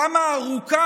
כמה ארוכה